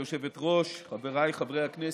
גברתי היושבת-ראש, חבריי חברי הכנסת,